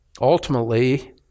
ultimately